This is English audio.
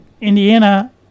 Indiana